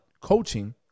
coaching